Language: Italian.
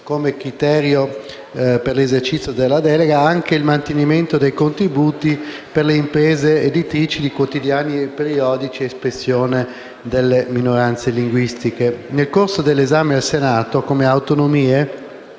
come criterio per l'esercizio della delega, il mantenimento dei contributi per le imprese editrici di quotidiani e periodici espressione delle minoranze linguistiche. Nel corso dell'esame al Senato, come Gruppo per